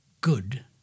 good